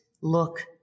Look